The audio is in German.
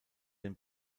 den